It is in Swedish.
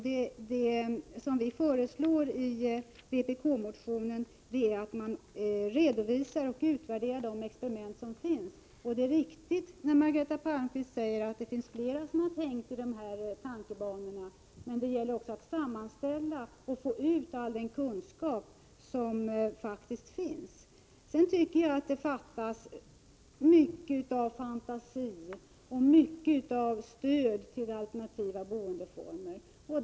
Det som föreslås i vpk-motionen är att man skall redovisa och utvärdera de experiment som finns. Det är riktigt som Margareta Palmqvist säger, att det finns även andra som tänkt i de här banorna. Men det gäller också att sammanställa och föra ut all den kunskap som faktiskt finns på det här området. Jag tycker att det fattas fantasi och stöd till alternativa boendeformer.